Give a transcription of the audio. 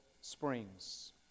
springs